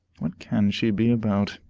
what can she be about?